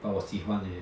but 我喜欢 leh